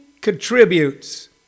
contributes